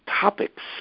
topics